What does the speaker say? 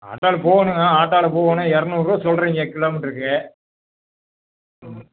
அதான் போகணுங்க ஆட்டோவில் போகணும் இரநூறுவா சொல்லுறீங்க கிலோமீட்டருக்கு ம்